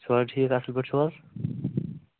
چھِو حظ ٹھیٖک اَصٕل پٲٹھۍ چھِو حظ